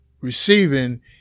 receiving